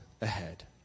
ahead